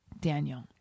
daniel